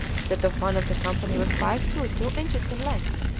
that of one of the company was five foot two inches in length,